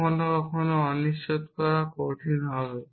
কখনও কখনও আপনার অনিশ্চিত করা কঠিন হবে